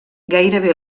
gairebé